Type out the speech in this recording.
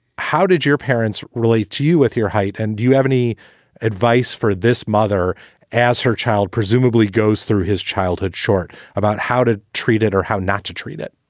how did your parents relate to you with your height? and do you have any advice for this mother as her child presumably goes through his childhood short about how to treat it or how not to treat it?